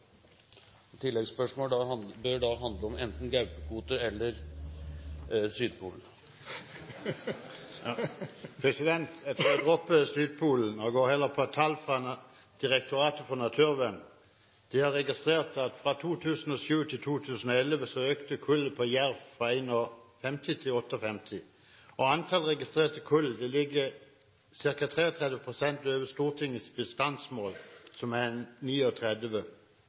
og går heller på tall fra Direktoratet for naturforvaltning. De har registrert at fra 2007 til 2011 økte antall jervekull fra 51 til 58. Antall registrerte kull ligger ca. 33 pst. over Stortingets bestandsmål, som er